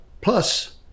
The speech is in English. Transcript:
plus